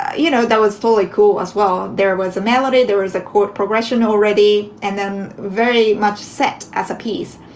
you know, that was totally cool as well. there was a melody, there was a chord progression already and then very much set as a piece.